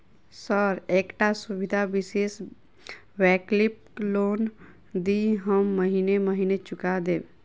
Sir एकटा सुविधा विशेष वैकल्पिक लोन दिऽ हम महीने महीने चुका देब?